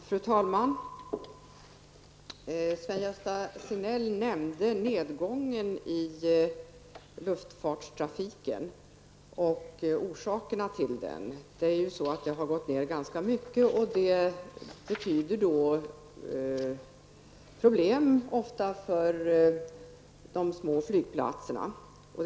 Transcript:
Fru talman! Sven-Gösta Signell nämnde nedgången i luftfartstrafiken och orsakerna till den. Den har gått ned ganska mycket, och det betyder att de små flygplatserna ofta får problem.